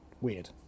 weird